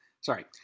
Sorry